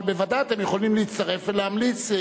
אבל בוודאי אתם יכולים להצטרף ולהמליץ,